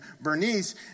Bernice